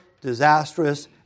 disastrous